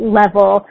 level –